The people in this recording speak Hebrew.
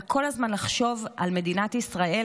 כל הזמן לחשוב על מדינת ישראל,